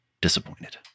disappointed